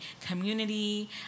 community